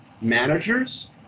managers